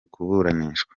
kuburanishwa